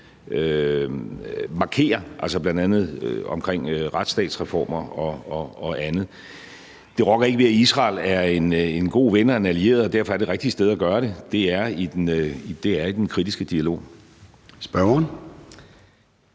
markerer noget, bl.a. omkring retsstatsreformer og andet. Det rokker ikke ved, at Israel er en god ven og en allieret, og derfor er det rigtige sted at gøre det i den kritiske dialog.